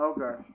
Okay